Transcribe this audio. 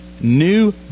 new